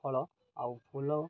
ଫଳ ଆଉ ଫୁଲ